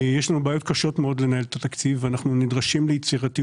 יש לנו בעיות קשות מאוד לנהל את התקציב ואנחנו נדרשים ליצירתיות